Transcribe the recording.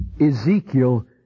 Ezekiel